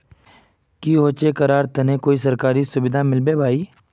की होचे करार तने कोई सरकारी सुविधा मिलबे बाई?